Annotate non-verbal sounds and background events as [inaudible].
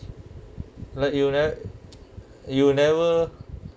like you ne~ [noise] you never